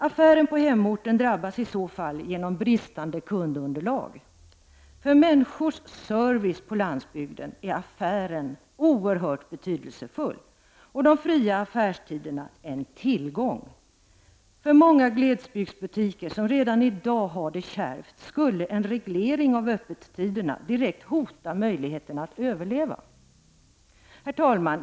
Affären på hemorten drabbas i så fall på grund av brist på kundunderlag. För människors service på landsbygden är affären oerhört betydelsefull och de fria affärstiderna en tillgång. För många glesbygdsbutiker, som redan i dag har det kärvt, skulle en reglering av öppettiderna direkt hota möjligheten att överleva. Herr talman!